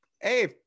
Hey